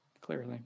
Clearly